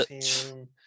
team